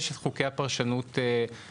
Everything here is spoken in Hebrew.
יש את חוקי הפרשנות הרגילים.